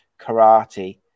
karate